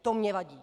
To mně vadí.